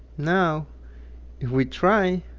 now if we try,